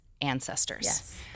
ancestors